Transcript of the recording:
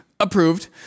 Approved